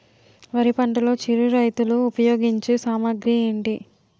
వరి పంటలో చిరు రైతులు ఉపయోగించే సామాగ్రి ఏంటి?